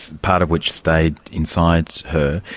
part of which stayed inside her.